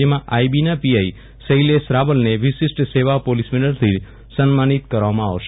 જેમાં આઈબીના પીઆઈ શૈલેષ રાવલને વિશિષ્ટ સેવા પોલીસ મેડલથી સન્માનિત કરવામાં આવશે